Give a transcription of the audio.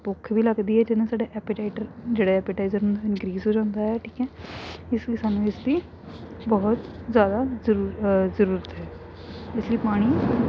ਭੁੱਖ ਵੀ ਲੱਗਦੀ ਆ ਜਿਹਦੇ ਨਾਲ ਸਾਡਾ ਐਪੇਟਾਈਟਰ ਜਿਹੜਾ ਐਪੇਟਾਈਜ਼ਰ ਹੁੰਦਾ ਇੰਨਕਰੀਜ ਹੋ ਜਾਂਦਾ ਹੈ ਠੀਕ ਹੈ ਇਸ ਲਈ ਸਾਨੂੰ ਇਸਦੀ ਬਹੁਤ ਜ਼ਿਆਦਾ ਜ਼ਰੂਰਤ ਹੈ ਇਸ ਲਈ ਪਾਣੀ